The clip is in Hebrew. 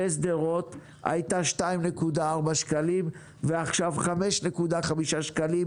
בשדרות עלתה 2.4 שקלים ועכשיו היא עולה 5.5 שקלים